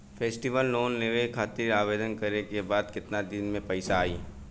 Festival loan लेवे खातिर आवेदन करे क बाद केतना दिन म पइसा आई?